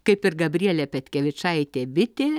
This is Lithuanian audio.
kaip ir gabrielė petkevičaitė bitė